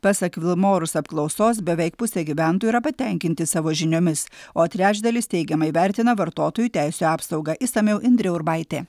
pasak vilmorus apklausos beveik pusė gyventojų yra patenkinti savo žiniomis o trečdalis teigiamai vertina vartotojų teisių apsaugą išsamiau indrė urbaitė